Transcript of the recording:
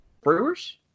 Brewers